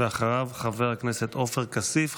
אחריו, חבר הכנסת עופר כסיף.